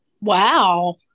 Wow